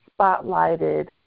spotlighted